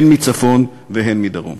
הן מצפון והן מדרום.